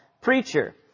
preacher